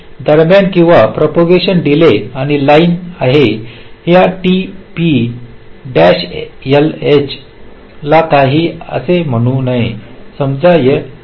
आणि दरम्यान किंवा या प्रोपोगांशन डीले आणि ही लाईन आहे हे tp lh काही आहे असे म्हणू नये समजा या tp lh